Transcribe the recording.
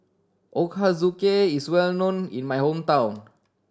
ochazuke is well known in my hometown